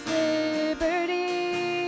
liberty